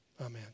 Amen